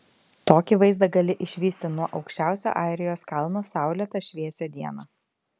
tokį vaizdą gali išvysti nuo aukščiausio airijos kalno saulėtą šviesią dieną